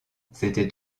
c’était